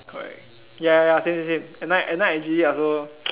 correct ya ya ya same same same at night at night actually I also